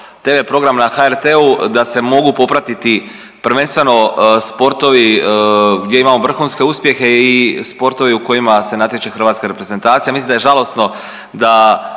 tv programa na HRT-u da se mogu popratiti prvenstveno sportovi gdje imamo vrhunske uspjehe i sportove u kojima se natječe hrvatska reprezentacija. Mislim da je žalosno da